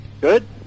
Good